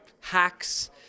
hacks